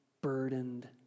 burdened